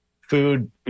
food